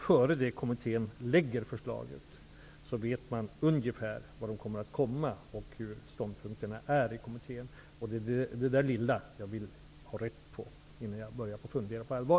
Innan kommittén lägger fram förslaget vet man ungefär vad den kommer med och hur ståndpunkterna är i kommittén. Det är detta lilla jag vill ha rätt på innan jag börjar fundera på allvar.